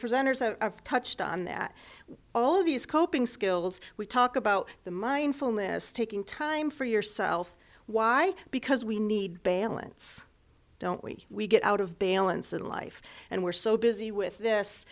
presenters a touched on that all of these coping skills we talk about the mindfulness taking time for yourself why because we need balance don't we we get out of balance in life and we're so busy with this